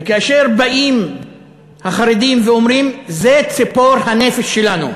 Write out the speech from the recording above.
וכאשר באים החרדים ואומרים: זה ציפור הנפש שלנו,